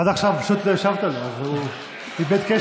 עד עכשיו פשוט לא השבת לו, אז הוא איבד קשב.